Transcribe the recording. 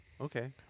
okay